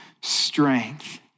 strength